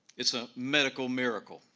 it's a medical miracle.